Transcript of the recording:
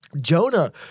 Jonah